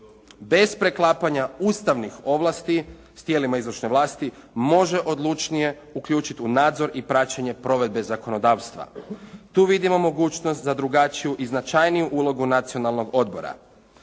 bez preklapanja ustavnih ovlasti s tijelima izvršne vlasti može odlučnije uključiti u nadzor i praćenje provedbe zakonodavstva. Tu vidimo mogućnost za drugačiju i značajniju ulogu Nacionalnog odbora.